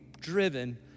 driven